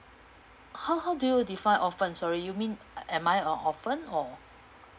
how how do you define orphan sorry you mean am I a orphan or